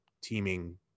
teaming